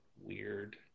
weird